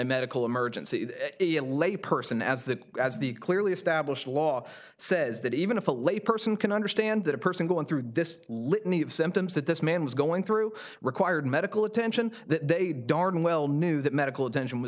medical emergency a lay person as that as the clearly established law says that even if a layperson can understand that a person going through this litany of symptoms that this man was going through required medical attention that they darn well knew that medical attention was